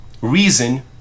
reason